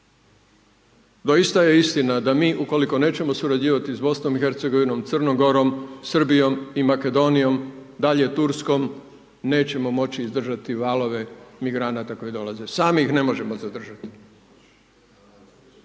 doista je istina da mi ukoliko nećemo surađivati s Bosnom i Hercegovinom, Crnom Gorom, Srbijom i Makedonijom, dalje Turskom, nećemo moći izdržati valove migranata koji dolaze. Sami ih ne možemo zadržati.